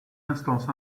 instance